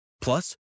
Plus